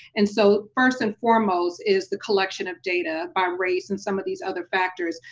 and so first and foremost is the collection of data by race and some of these other factors.